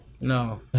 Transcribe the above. No